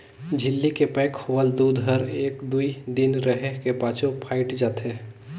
झिल्ली के पैक होवल दूद हर एक दुइ दिन रहें के पाछू फ़ायट जाथे